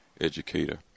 educator